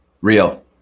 Real